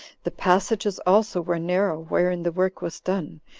the passages also were narrow wherein the work was done,